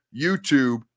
YouTube